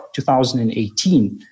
2018